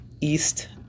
East